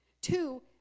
Two